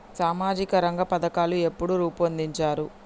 సామాజిక రంగ పథకాలు ఎప్పుడు రూపొందించారు?